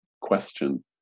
question